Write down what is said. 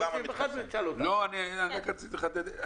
לא, אני רק רציתי לחדד.